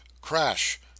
Crash